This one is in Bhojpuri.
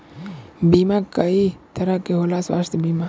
बीमा कई तरह के होता स्वास्थ्य बीमा?